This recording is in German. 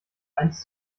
eins